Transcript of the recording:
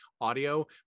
audio